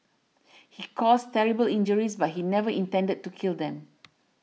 he caused terrible injuries but he never intended to kill them